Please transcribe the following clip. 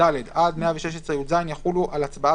עד 116יז יחולו על הצבעה